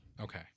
Okay